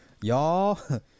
y'all